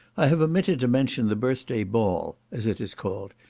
i have omitted to mention the birthday ball, as it is called,